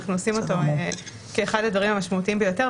ואנחנו עושים אותו כאחד הדברים המשמעותיים ביותר,